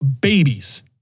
babies